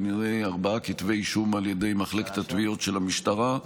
הוגשו כנראה ארבעה כתבי אישום על ידי מחלקת התביעות של המשטרה.